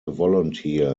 volunteer